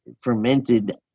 fermented